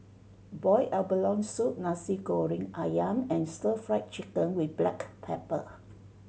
boiled abalone soup Nasi Goreng Ayam and Stir Fried Chicken with black pepper